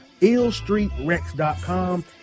illstreetrex.com